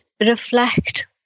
reflect